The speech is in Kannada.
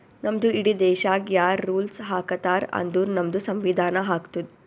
ನಮ್ದು ಇಡೀ ದೇಶಾಗ್ ಯಾರ್ ರುಲ್ಸ್ ಹಾಕತಾರ್ ಅಂದುರ್ ನಮ್ದು ಸಂವಿಧಾನ ಹಾಕ್ತುದ್